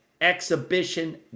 exhibition